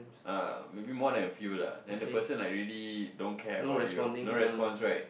uh maybe more than a few lah then the person like really don't care about you ah no response right